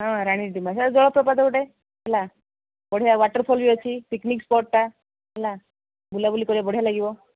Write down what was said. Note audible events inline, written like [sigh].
ହଁ ରାଣୀ [unintelligible] ସେଇଟା ଜଳପ୍ରପାତ ଗୋଟେ ହେଲା ବଢ଼ିଆ ୱାଟର୍ଫଲ୍ ବି ଅଛି ପିକ୍ନିକ୍ ସ୍ପଟ୍ଟା ହେଲା ବୁଲାବୁଲି କରିବାକୁ ବଢ଼ିଆ ଲାଗିବ